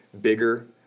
bigger